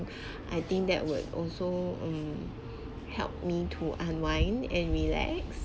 I think that would also mm helped me to unwind and relax